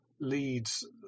leads